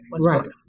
Right